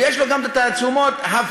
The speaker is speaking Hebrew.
ויש לו גם את התעצומות הפיזיות,